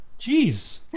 Jeez